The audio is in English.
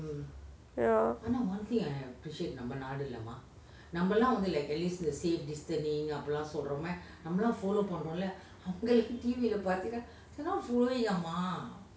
ya